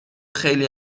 خیلی